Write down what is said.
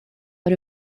but